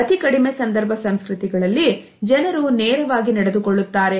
ಅತಿ ಕಡಿಮೆ ಸಂದರ್ಭ ಸಂಸ್ಕೃತಿಗಳಲ್ಲಿ ಜನರು ನೇರವಾಗಿ ನಡೆದುಕೊಳ್ಳುತ್ತಾರೆ